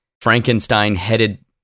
Frankenstein-headed